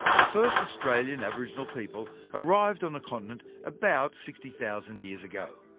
the first australian aboriginal people arrived on the continent about sixty thousand years ago.